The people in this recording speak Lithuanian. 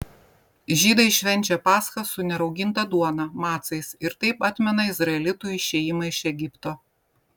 žydai švenčia paschą su nerauginta duona macais ir taip atmena izraelitų išėjimą iš egipto